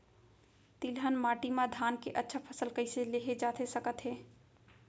तिलहन माटी मा धान के अच्छा फसल कइसे लेहे जाथे सकत हे?